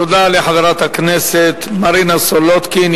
תודה לחברת הכנסת מרינה סולודקין.